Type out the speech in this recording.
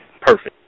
perfect